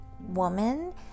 woman